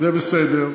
זה בסדר.